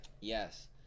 yes